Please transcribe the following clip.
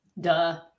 Duh